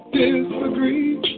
disagree